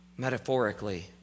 metaphorically